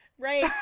Right